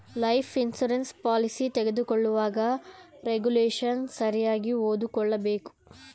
life insurance policy ತಗೊಳ್ಳುವಾಗ regulation ಸರಿಯಾಗಿ ಓದಿಕೊಳ್ಳಬೇಕು